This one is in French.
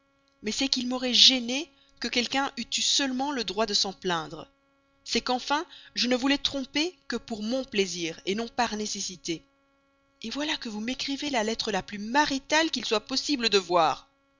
mais c'est qu'il m'aurait gêné que quelqu'un eût eu seulement le droit de s'en plaindre c'est qu'enfin je ne voulais tromper que pour mon plaisir non par nécessité et voilà que vous m'écrivez la lettre la plus maritale qu'il soit possible de voir